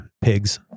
pigs